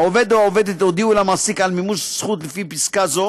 4. העובדת או העובד הודיעו למעסיק על מימוש הזכות לפי פסקה זו